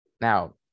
Now